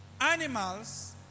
Animals